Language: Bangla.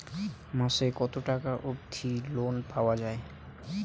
মাসে কত টাকা অবধি লোন পাওয়া য়ায়?